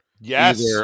Yes